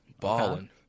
Balling